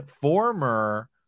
former